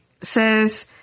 says